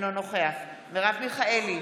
אינו נוכח מרב מיכאלי,